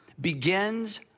begins